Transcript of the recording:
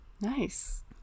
Nice